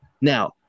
Now